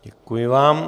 Děkuji vám.